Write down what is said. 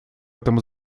этом